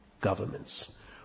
governments